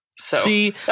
See